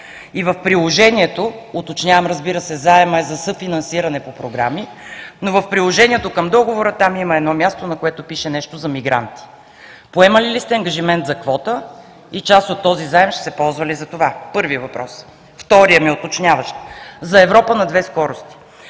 и в приложението, уточнявам, разбира се, заемът е за съфинансиране по програми, но в приложението към договора, там има едно място, на което пише едно нещо за мигранти. Поемали ли сте ангажимент за квота и част от този заем ще се ползва ли за това – първи въпрос? Вторият ми уточняващ – за „Европа на две скорости“.